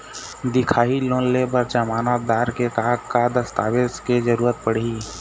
दिखाही लोन ले बर जमानतदार के का का दस्तावेज के जरूरत पड़ही?